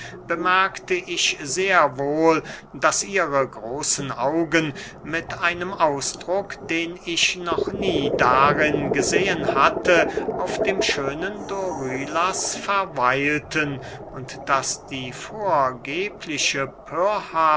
bemerkte ich sehr wohl daß ihre großen augen mit einem ausdruck den ich noch nie darin gesehen hatte auf dem schönen dorylas verweilten und daß die vorgebliche